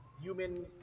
human